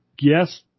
yes